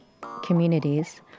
communities